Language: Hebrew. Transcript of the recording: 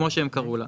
כמו שהם קראו לה.